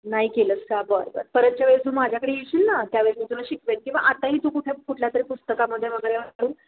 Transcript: नाही केलंस का बरं बरं परत ज्या वेळेस तू माझ्याकडे येशील ना त्या वेळेस तुला शिकवेन की मग आताही तू कुठे कुठल्या तरी पुस्तकामध्ये वगैरे वाचून